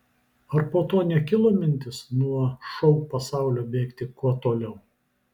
ar po to nekilo mintis nuo šou pasaulio bėgti kuo toliau